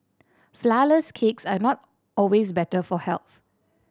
flourless cakes are not always better for health